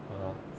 ah !huh!